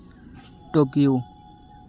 Tokyo